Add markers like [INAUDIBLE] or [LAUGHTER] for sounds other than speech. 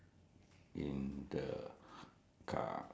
I circle the door [COUGHS] ah